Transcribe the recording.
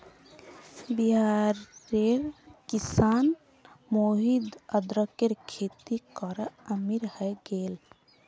बिहारेर किसान मोहित अदरकेर खेती करे अमीर हय गेले